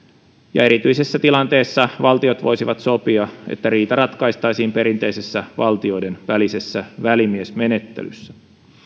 ja erityisessä tilanteessa valtiot voisivat sopia että riita ratkaistaisiin perinteisessä valtioiden välisessä välimiesmenettelyssä